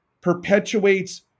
perpetuates